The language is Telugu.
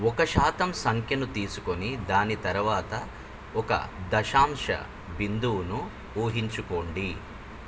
ఒక శాతం సంఖ్యను తీసుకొని దాని తరవాత ఒక దశాంశ బిందువును ఊహించుకోండి